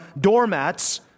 doormats